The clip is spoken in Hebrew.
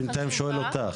בינתיים אני שואל אותך.